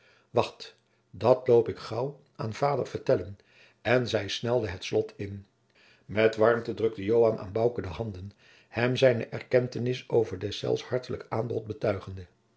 wacht dat loop ik gaauw aan vader vertellen en zij snelde het slot in met warmte drukte joan aan bouke de handen hem zijne erkentenis over deszelfs hartelijk aanbod betuigende